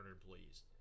employees